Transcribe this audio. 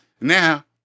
now